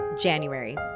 January